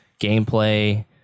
gameplay